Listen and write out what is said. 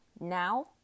Now